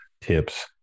tips